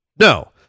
No